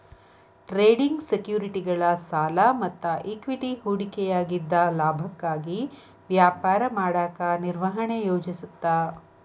trading ಸೆಕ್ಯುರಿಟಿಗಳ ಸಾಲ ಮತ್ತ ಇಕ್ವಿಟಿ ಹೂಡಿಕೆಯಾಗಿದ್ದ ಲಾಭಕ್ಕಾಗಿ ವ್ಯಾಪಾರ ಮಾಡಕ ನಿರ್ವಹಣೆ ಯೋಜಿಸುತ್ತ